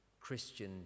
Christian